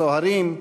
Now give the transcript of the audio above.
סוהרים,